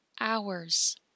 hours